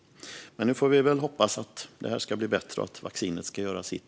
Nu får vi dock hoppas att det här ska bli bättre och att vaccinet ska göra sitt.